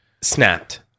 snapped